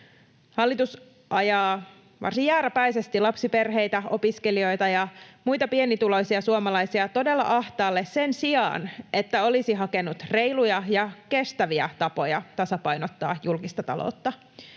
Hallitus ajaa varsin jääräpäisesti lapsiperheitä, opiskelijoita ja muita pienituloisia suomalaisia todella ahtaalle sen sijaan, että olisi hakenut reiluja ja kestäviä tapoja tasapainottaa julkista taloutta.